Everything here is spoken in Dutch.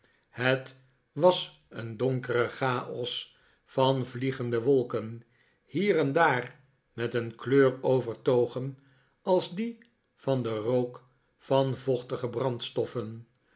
het was een donkere chaos van vliegende wolken hier en daar met een kleur overtogen als die van den rook van vochtige brandstoffen